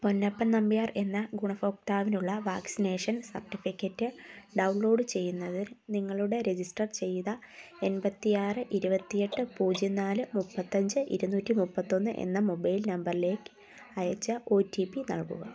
പൊന്നപ്പൻ നമ്പ്യാർ എന്ന ഗുണഭോക്താവിനുള്ള vaccination certificate download ചെയ്യുന്നതിന് നിങ്ങളുടെ രജിസ്റ്റർ ചെയ്ത എൺപത്തിയാറു ഇരുവത്തിയെട്ട് പൂജ്യം നാല് മുപ്പത്തഞ്ചു ഇരുന്നൂറ്റിമുപ്പത്തൊന്ന് എന്ന മൊബൈൽ നമ്പറിലെ അയച്ച ഓ ടി പി നൽകുക